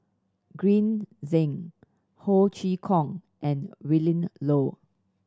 Green Zeng Ho Chee Kong and Willin Low